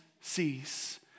cease